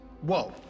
whoa